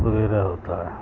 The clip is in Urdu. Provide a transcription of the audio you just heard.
وغیرہ ہوتا ہے